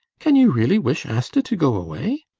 can you really wish asta to go away?